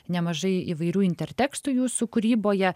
nemažai įvairių intertekstu jūsų kūryboje